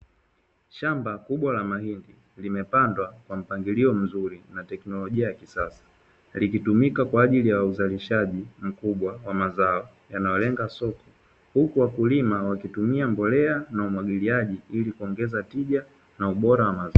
Shamba kubwa la mahindi limepandwa kwa mpangilio mzuri na teknolojia ya kisasa likitumika kwa ajili ya uzalishaji mkubwa wa mazao. yanayolenga soko huku wakulima wakitumia mbolea na umwagiliaji ili kuongeza tija na ubora wa mazao.